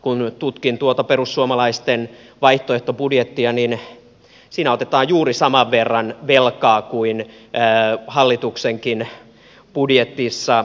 kun tutkin tuota perussuomalaisten vaihtoehtobudjettia niin siinä otetaan juuri saman verran velkaa kuin hallituksenkin budjetissa otetaan